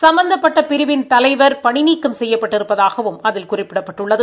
சம்பந்தப்பட்ட பிரிவின் தலைவர் பணி நீக்கம் செய்யப்பட்டிருப்பதாகவும் அதில் குறிப்பிடப்பட்டுள்ளது